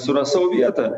suras savo vietą